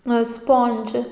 sponge